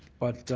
but